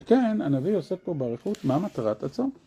‫כן, הנביא עושה פה ברכות, ‫מה מטרת עצום?